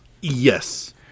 Yes